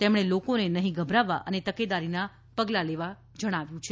તેમણે લોકોને નઠીં ગભરાવા અને તકેદારીના પગલા લેવા કહ્યું છે